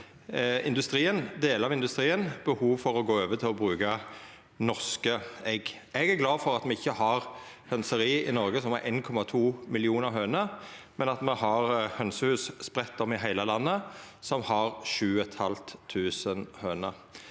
Det har gjeve delar av industrien behov for å gå over til å bruka norske egg. Eg er glad for at me ikkje har hønseri i Noreg som har 1,2 millionar høner, men at me har hønsehus spreidde rundt i heile landet, som har 7 500 høner.